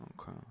Okay